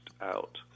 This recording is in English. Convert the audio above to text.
out